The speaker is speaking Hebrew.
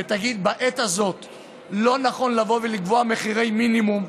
בעת הזאת לא נכון לבוא ולקבוע מחירי מינימום.